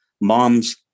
Mom's